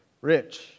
rich